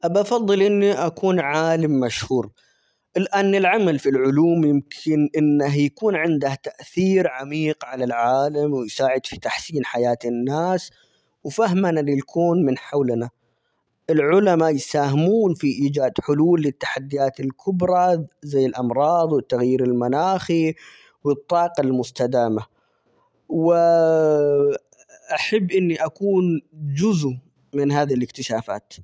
بفضل إني أكون عالم مشهور لأن العمل في العلوم يمكن إنه يكون عنده تأثير عميق على العالم ،ويساعد في تحسين حياة الناس ،وفهمنا للكون من حولنا ،العلماء يساهمون في إيجاد حلول للتحديات الكبرى زي الأمراض ،والتغيير المناخي، والطاقة المستدامة و أحب إني أكون جزء من هذا الاكتشافات.